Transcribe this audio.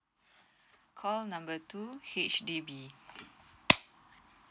call number two H_D_B